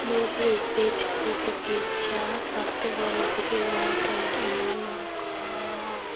मूल रूपै च बगीचा सत्त वर्ग किलो मीटर जिन्ना लौह्का